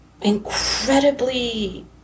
Incredibly